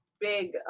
big